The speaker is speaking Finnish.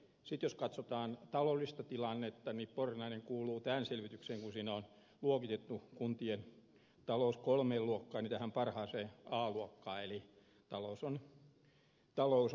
sitten jos katsotaan taloudellista tilannetta ja kun tässä selvityksessä on luokiteltu kuntien talous kolmeen luokkaan niin pornainen kuuluu parhaaseen a luokkaan eli sen talous on terve